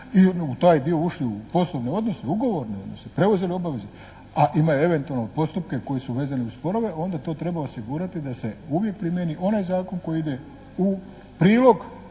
su u taj dio ušli u poslovne odnose, ugovorne odnose, preuzeli obaveze a imaju eventualno postupke koji su vezani uz sporove onda to treba osigurati da se uvijek primjeni onaj zakon koji ide u prilog